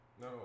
No